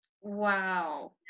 wow